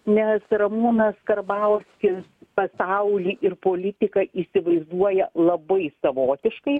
nes ramūnas karbauskis pasaulį ir politiką įsivaizduoja labai savotiškai